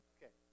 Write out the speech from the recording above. Okay